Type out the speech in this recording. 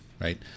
right